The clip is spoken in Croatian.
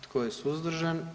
Tko je suzdržan?